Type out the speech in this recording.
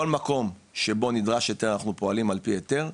כל מקום שבו נדרש היתר אנחנו פועלים על פי היתר,